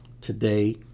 today